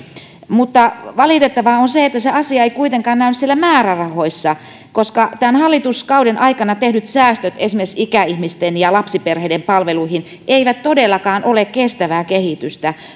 mutta valitettavaa on se että se asia ei kuitenkaan näy siellä määrärahoissa sillä tämän hallituskauden aikana tehdyt säästöt esimerkiksi ikäihmisten ja lapsiperheiden palveluihin eivät todellakaan ole kestävää kehitystä